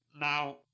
Now